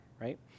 right